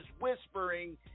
whispering